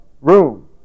room